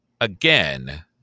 again